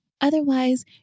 Otherwise